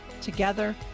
together